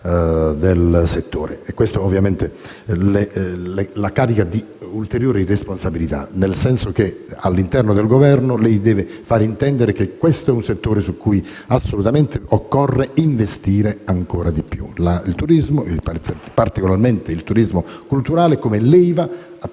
del settore. Questo la grava di ulteriori responsabilità, nel senso che, all'interno del Governo, deve far intendere che questo è un settore su cui assolutamente occorre investire ancora di più. Il turismo e, particolarmente, quello culturale può essere